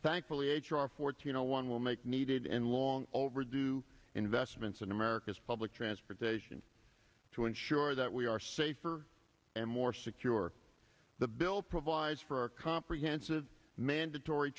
thankfully h r fourteen zero one will make needed and long overdue investments in america's public transportation to ensure that we are safer and more secure the bill provides for comprehensive mandatory